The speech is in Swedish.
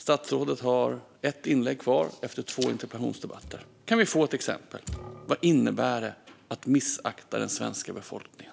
Statsrådet har ett inlägg kvar efter två interpellationsdebatter. Kan vi få ett exempel? Vad innebär det att missakta den svenska befolkningen?